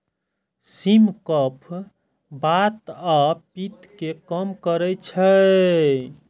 सिम कफ, बात आ पित्त कें कम करै छै